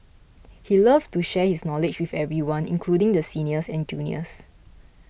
he loved to share his knowledge with everyone including the seniors and juniors